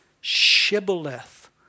Shibboleth